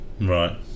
Right